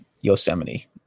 Yosemite